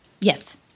Yes